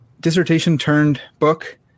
dissertation-turned-book